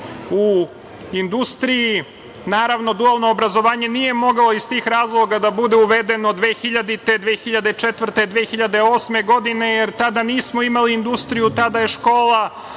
u industriji. Naravno, dualno obrazovanje nije moglo iz tih razloga da bude uvedeno 2000. godine, 2004. godine, 2008. godine, jer tada nismo imali industriju, tada je škola